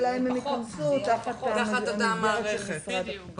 אלא אם הם ייכנסו תחת המסגרת של משרד החינוך.